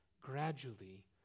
gradually